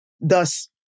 Thus